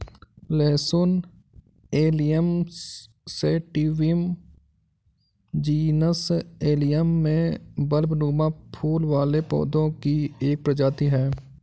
लहसुन Allium sativum genus Allium में बल्बनुमा फूल वाले पौधे की एक प्रजाति है